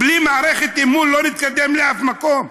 בלי מערכת אמון לא נתקדם לשום מקום.